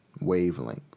wavelength